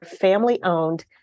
family-owned